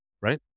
right